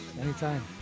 anytime